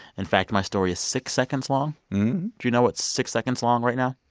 in fact, my story is six seconds long. do you know what's six seconds long right now?